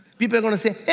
people are gonna say, ah,